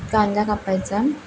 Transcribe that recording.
कांदा कापायचा